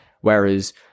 Whereas